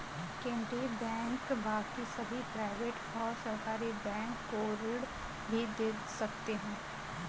केन्द्रीय बैंक बाकी सभी प्राइवेट और सरकारी बैंक को ऋण भी दे सकते हैं